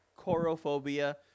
chorophobia